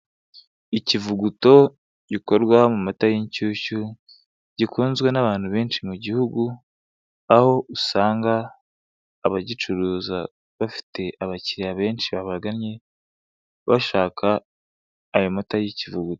Ikivuguto gikorwa mu mata y'inshyushyu, gikunzwe n'abantu benshi mu gihugu, aho usanga abagicuruza bafite abakiliya benshi babagannye, bashaka ayo mata y'ikivuguto.